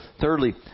thirdly